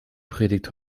predigt